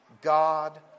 God